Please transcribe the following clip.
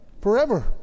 Forever